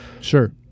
Sure